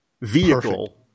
vehicle